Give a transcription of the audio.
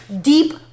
deep